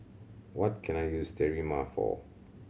what can I use Sterimar for